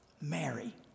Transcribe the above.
Mary